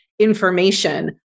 information